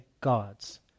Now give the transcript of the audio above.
God's